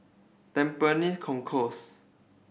Tampines Concourse